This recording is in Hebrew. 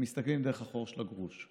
הם מסתכלים דרך החור של הגרוש.